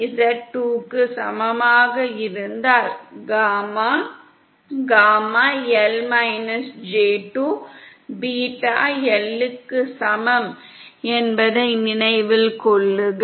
Z1 z2 க்கு சமமாக இருந்தால் gamma gamma L j2 beta L க்கு சமம் என்பதை நினைவில் கொள்க